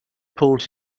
pulled